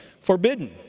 forbidden